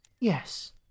Yes